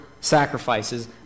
sacrifices